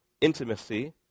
Intimacy